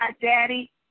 Daddy